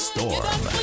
Storm